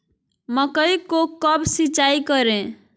मकई को कब सिंचाई करे?